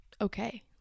okay